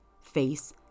face